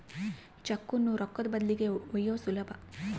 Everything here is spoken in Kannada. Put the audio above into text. ಚೆಕ್ಕುನ್ನ ರೊಕ್ಕದ ಬದಲಿಗಿ ಒಯ್ಯೋದು ಸುಲಭ